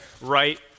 right